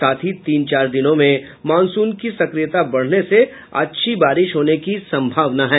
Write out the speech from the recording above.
साथ ही तीन चार दिनों में मानसून की सक्रियता बढ़ने से अच्छी बारिश होने की संभावना है